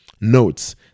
Notes